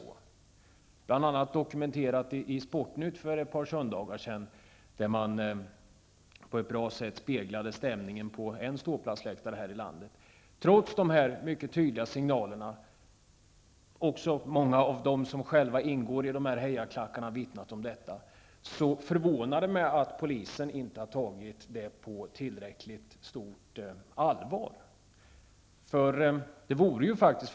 Det är bl.a. dokumenterat i Sportnytt för ett par söndagar sedan, där man på ett bra sätt speglade stämningen på en ståplatsläktare här i landet. Också många av dem som själva ingår i hejaklackarna har vittnat om detta. Det förvånar mig, och det gör mig också litet upprörd, att polisen trots det inte har tagit den omständigheten på tillräckligt stort allvar.